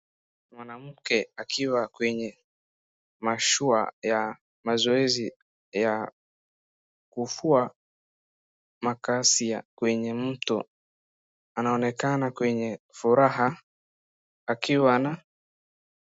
Mwanamke akiwa kwenye mashua ya mazoezi ya kufua makasi kwenye mto, anaonekana kwenye furaha akiwa na.